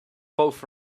both